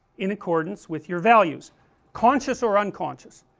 in accordance with your values conscious, or unconscious,